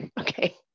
Okay